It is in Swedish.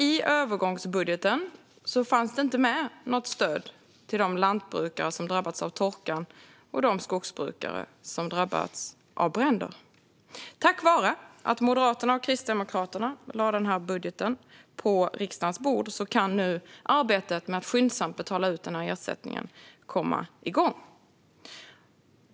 I övergångsbudgeten fanns det inte med något stöd till de lantbrukare som drabbats av torkan och de skogsbrukare som drabbats av bränder. Tack vare att Moderaterna och Kristdemokraterna lade denna budget på riksdagens bord kan nu arbetet med att skyndsamt betala ut ersättningen komma igång.